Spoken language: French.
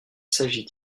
s’agit